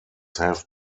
have